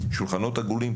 שולחנות עגולים,